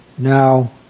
now